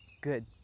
good